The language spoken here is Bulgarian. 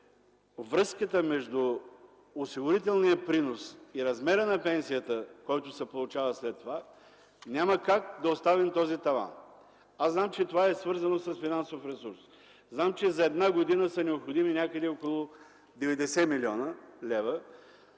връзката между осигурителния принос и размера на пенсията, който се получава след това, няма как да оставим този таван. Аз знам, че това е свързано с финансов ресурс, знам, че за 1 г. са необходими някъде около 90 млн. лв.,